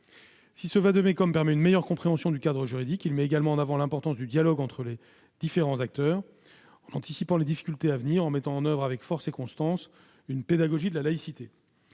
Ce vade-mecum permet une meilleure compréhension du cadre juridique. Il met également en avant l'importance du dialogue entre les différents acteurs en anticipant les difficultés à venir et en mettant en oeuvre avec force et constance une pédagogie de la laïcité.